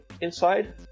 inside